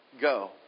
go